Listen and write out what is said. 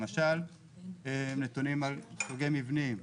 למשל נתונים על סוגי מבנים,